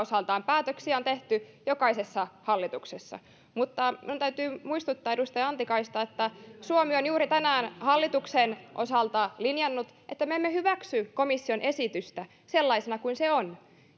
oman osansa päätöksiä on tehty jokaisessa hallituksessa minun täytyy muistuttaa edustaja antikaista että suomi on juuri tänään hallituksen osalta linjannut että me emme hyväksy komission esitystä sellaisena kuin se on